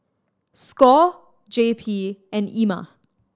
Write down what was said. score J P and Ema